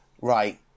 right